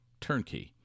turnkey